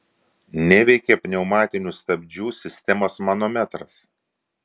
neveikia pneumatinių stabdžių sistemos manometras